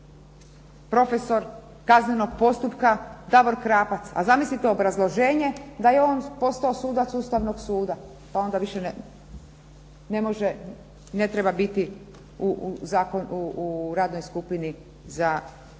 profesor kaznenog postupka Davor Krapac, a zamislite obrazloženje da je on postao sudac Ustavnog suda pa onda više ne može, ne treba biti u radnoj skupini za izradu